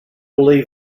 believe